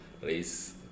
race